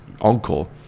uncle